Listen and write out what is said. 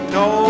no